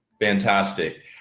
fantastic